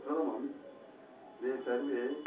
प्रथमं ते सर्वे